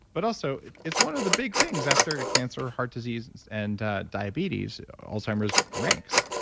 but also it's one of the big things after cancer or heart disease and and ah diabetes, alzheimer's ranks.